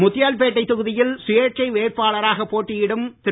முத்தியால்பேட்டை தொகுதியில் சுயேட்சை வேட்பாளராக போட்டியிடும் திரு